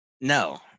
No